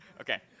Okay